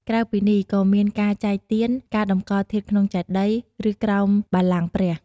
ក្រៅពីនេះ ក៏មានការចែកទាន ការតម្កល់ធាតុក្នុងចេតិយ ឬក្រោមបល្ល័ង្គព្រះ។